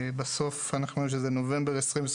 בסוף אנחנו יודעים שזה נובמבר 2021,